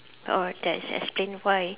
orh that's explain why